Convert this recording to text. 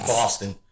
Boston